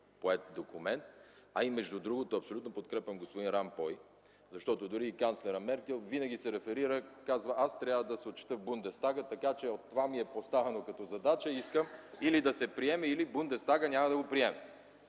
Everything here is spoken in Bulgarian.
поет документ. Между другото, абсолютно подкрепям господин Ромпой, защото дори и канцлерът Меркел винаги се реферира и казва: „Аз трябва да се отчета в Бундестага, това ми е поставено като задача и искам или да се приеме, или Бундестагът – няма да го приеме.”